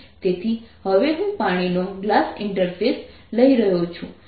તેથી હવે હું પાણીનો ગ્લાસ ઇન્ટરફેસ લઈ રહ્યો છું